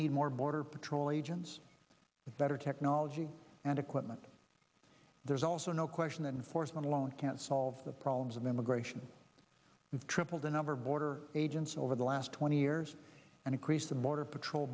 need more border patrol agents better technology and equipment there's also no question that in force alone can't solve the problems of immigration we've tripled the number of border agents over the last twenty years and increase the border patrol